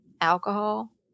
alcohol